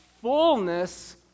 fullness